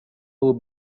who